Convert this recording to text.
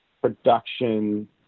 production